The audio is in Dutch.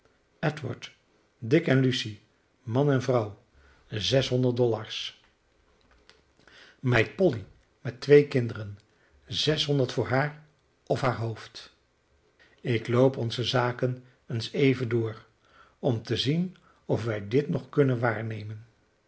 levend edward dick en lucy man en vrouw zeshonderd dollars meid polly met twee kinderen zeshonderd voor haar of haar hoofd ik loop onze zaken eens even door om te zien of wij dit nog kunnen waarnemen